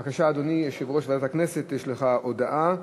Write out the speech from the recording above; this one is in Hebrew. בבקשה, אדוני יושב-ראש ועדת הכנסת, יש לך הודעה,